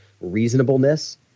reasonableness